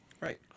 Right